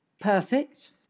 Perfect